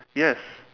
yes